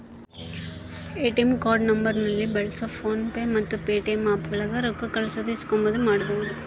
ATM ಕಾರ್ಡಿನ ನಂಬರ್ನ ಬಳ್ಸಿ ಫೋನ್ ಪೇ ಮತ್ತೆ ಪೇಟಿಎಮ್ ಆಪ್ಗುಳಾಗ ರೊಕ್ಕ ಕಳ್ಸೋದು ಇಸ್ಕಂಬದು ಮಾಡ್ಬಹುದು